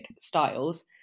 styles